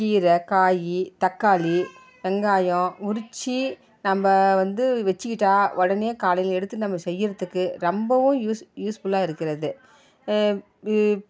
கீரை காய் தக்காளி வெங்காயம் உறிச்சு நம்ம வந்து வச்சுக்கிட்டா உடனே காலையில் எடுத்து நம்ம செய்கிறதுக்கு ரொம்பவும் யூஸ் யூஸ்ஃபுல்லாக இருக்கிறது